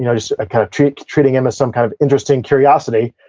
you know just kind of treating treating him as some kind of interesting curiosity.